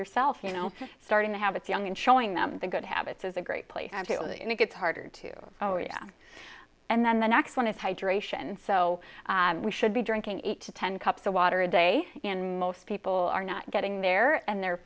yourself you know starting to have it young and showing them the good habits is a great place and it gets hard to oh yeah and then the next one is hydration and so we should be drinking eight to ten cups of water a day and most people are not getting there and they're